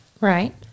Right